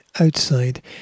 outside